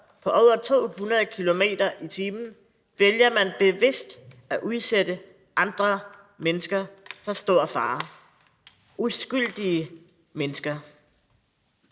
på over 200 km/t., vælger man bevidst at udsætte andre mennesker for stor fare – uskyldige mennesker.